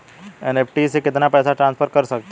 NEFT से कितना पैसा ट्रांसफर कर सकते हैं?